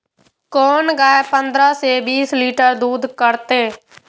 कोन गाय पंद्रह से बीस लीटर दूध करते?